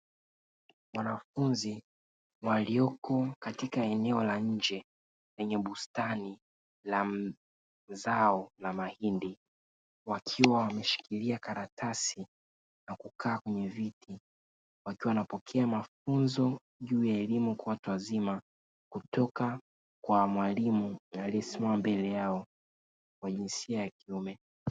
Wanafunzi walioko katika eneo la nje lenye bustani la zao la mahindi, wakiwa wameshikilia karatasi na kukaa kwenye viti, wakiwa wanapokea mafunzo juu ya elimu kwa watu wazima kutoka kwa mwalimu aliyesimama mbele yao wa jinsia ya kiume.